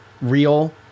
real